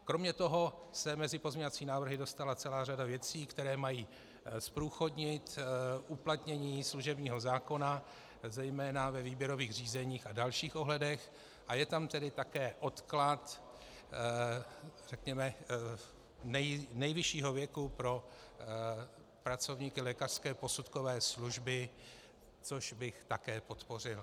Kromě toho se mezi pozměňovací návrhy dostala řada věcí, které mají zprůchodnit uplatnění služebního zákona zejména ve výběrových řízeních a dalších ohledech a je tam tedy také odklad nejvyššího věku pro pracovníky lékařské posudkové služby, což bych také podpořil.